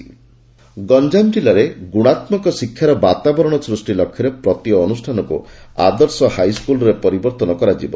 ଆଦର୍ଶ high school Ganjam ଜିଲ୍ଲାରେ ଗୁଶାତ୍ଜକ ଶିକ୍ଷାର ବାତାବରଶ ସୃଷ୍ଟି ଲକ୍ଷ୍ୟରେ ପ୍ରତି ଅନୁଷ୍ଠାନକୁ ଆଦର୍ଶ ହାଇସ୍କୁଲରେ ପରିବର୍ଭନ କରାଯିବ